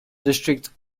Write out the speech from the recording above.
district